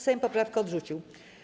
Sejm poprawkę odrzucił.